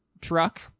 truck